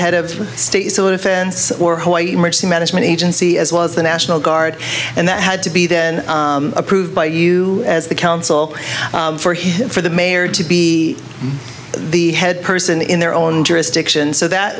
head of state sort of fence or hawaii emergency management agency as well as the national guard and that had to be then approved by you as the council for him for the mayor to be the head person in their own jurisdiction so that